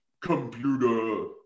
computer